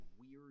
weird